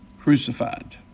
crucified